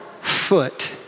foot